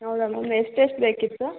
ಹೌದಾ ಮ್ಯಾಮ್ ಎಷ್ಟು ಎಷ್ಟು ಬೇಕಿತ್ತು